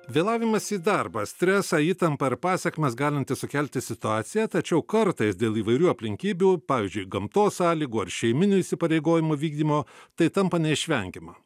vėlavimas į darbą stresą įtampą ir pasekmes galinti sukelti situacija tačiau kartais dėl įvairių aplinkybių pavyzdžiui gamtos sąlygų ar šeiminių įsipareigojimų vykdymo tai tampa neišvengiama